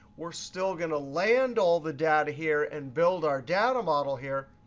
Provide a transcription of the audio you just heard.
we're still going to land all the data here and build our data model here,